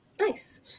Nice